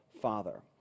father